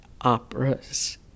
operas